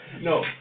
No